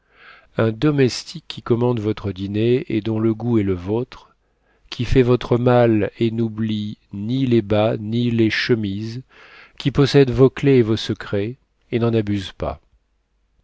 un do mestique qui commande votre dîner et dont le goût est le vôtre qui fait votre malle et n'oublie ni les bas ni les chemises qui possède vos clefs et vos secrets et n'en abuse pas